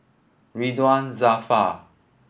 Ridzwan Dzafir